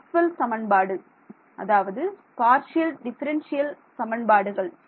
Maxwell சமன்பாடு அதாவது partial differential சமன்பாடுகள்